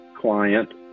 client